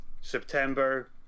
september